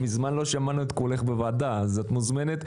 מזמן לא שמענו את קולך בוועדה, אז את מוזמנת.